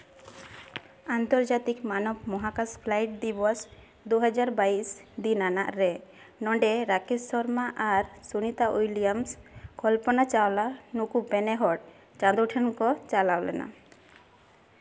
ᱟᱱᱛᱚᱨᱡᱟᱛᱤᱠ ᱢᱟᱱᱚᱵ ᱢᱚᱦᱟᱠᱟᱥ ᱯᱷᱞᱟᱭᱤᱴ ᱫᱤᱵᱚᱥ ᱫᱩ ᱦᱟᱡᱟᱨ ᱵᱟᱭᱤᱥ ᱫᱤᱱ ᱟᱱᱟᱜ ᱨᱮ ᱱᱚᱰᱮ ᱨᱟᱠᱮᱥ ᱥᱚᱨᱢᱟ ᱟᱨ ᱥᱩᱱᱤᱛᱟ ᱩᱭᱞᱤᱭᱟᱢᱥ ᱠᱚᱞᱯᱚᱱᱟ ᱪᱟᱣᱞᱟ ᱱᱩᱠᱩ ᱯᱮᱱᱮᱦᱚᱲ ᱪᱟᱸᱫᱳ ᱴᱷᱮᱱ ᱠᱚ ᱪᱟᱞᱟᱣ ᱞᱮᱱᱟ